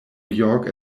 york